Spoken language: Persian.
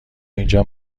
اینجا